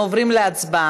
אנחנו עוברים להצבעה.